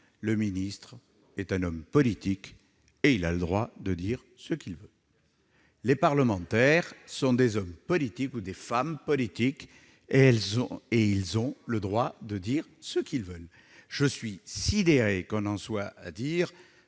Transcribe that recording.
le ministre est un homme politique, et il a le droit de dire ce qu'il veut. Et les parlementaires sont des hommes ou des femmes politiques, qui ont le droit de dire ce qu'ils veulent. Je suis sidéré que l'on en soit à dire